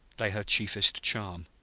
lay her chiefest charm.